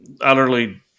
utterly